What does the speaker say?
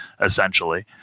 essentially